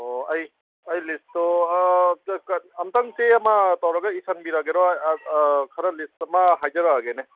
ꯑꯣ ꯑꯩ ꯑꯩ ꯂꯤꯁꯇꯣ ꯑꯥ ꯑꯃꯨꯛꯇꯪ ꯆꯦ ꯑꯃ ꯇꯧꯔꯒ ꯏꯁꯤꯟꯕꯤꯔꯒꯦꯔꯣ ꯈꯔ ꯂꯤꯁ ꯑꯃ ꯍꯥꯏꯖꯔꯛꯂꯒꯦꯅꯦ